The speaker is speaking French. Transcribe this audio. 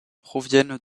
proviennent